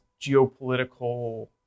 geopolitical